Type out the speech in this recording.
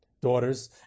daughters